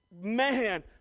man